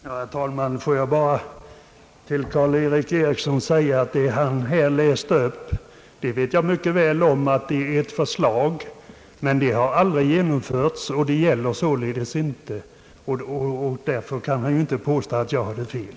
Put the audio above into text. Herr talman! Låt mig bara säga till herr Karl-Erik Eriksson att jag mycket väl känner till vad han läste upp. Men det gäller förslag som aldrig har genomförts, och därför kan han inte påstå att jag hade fel.